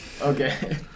Okay